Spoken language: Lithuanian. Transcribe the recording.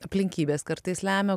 aplinkybės kartais lemia o